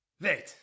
Wait